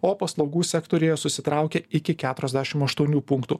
o paslaugų sektoriuje susitraukė iki keturiasdešim aštuonių punktų